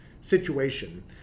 situation